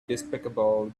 despicable